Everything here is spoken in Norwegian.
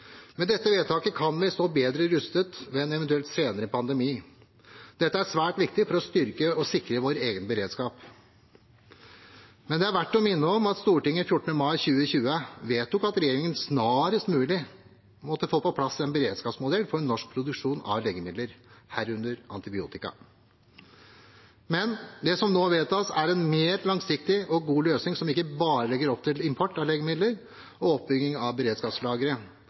Med dette vedtaket kan vi stå bedre rustet ved en eventuell senere pandemi. Dette er svært viktig for å styrke og sikre vår egen beredskap. Det er verdt å minne om at Stortinget 14. mai 2020 vedtok at regjeringen «snarest mulig» måtte få på plass «en beredskapsmodell for norsk produksjon av legemidler, herunder antibiotika». Men det som nå vedtas, er en mer langsiktig og god løsning som ikke bare legger opp til import av legemidler og oppbygging av